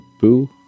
boo